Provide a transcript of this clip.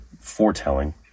foretelling